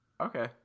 Okay